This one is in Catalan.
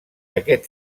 aquest